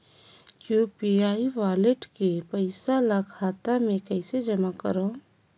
UPI wallet के पईसा ल खाता मे कइसे जमा करव?